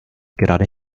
gerade